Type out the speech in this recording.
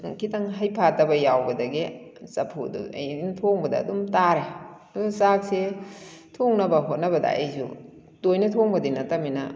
ꯈꯤꯇꯪ ꯍꯩꯐꯥꯠꯇꯕ ꯌꯥꯎꯕꯗꯒꯤ ꯆꯐꯨꯗꯨ ꯑꯩꯅ ꯊꯣꯡꯕꯗ ꯑꯗꯨꯝ ꯇꯥꯔꯦ ꯑꯗꯨꯅ ꯆꯥꯛꯁꯤ ꯊꯣꯡꯅꯕ ꯍꯣꯠꯅꯕꯗ ꯑꯩꯁꯨ ꯇꯣꯏꯅ ꯊꯣꯡꯕꯗꯤ ꯅꯠꯇꯕꯅꯤꯅ